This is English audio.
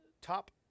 top